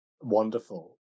wonderful